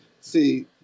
See